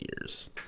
years